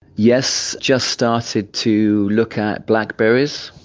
yes, just started to look at blackberries.